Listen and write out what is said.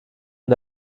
mit